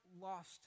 lost